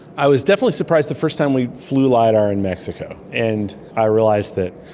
i was definitely surprised the first time we flew lidar in mexico, and i realised that,